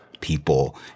people